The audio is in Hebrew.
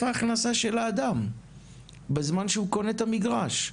ההכנסה של האדם בזמן שהוא קונה את המגרש.